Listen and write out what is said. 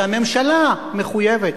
שהממשלה מחויבת,